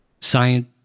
science